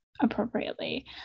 appropriately